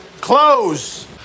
Close